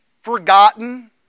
forgotten